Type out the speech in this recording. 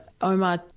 Omar